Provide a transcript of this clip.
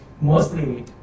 mostly